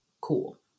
Cool